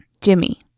Jimmy